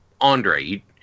Andre